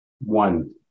One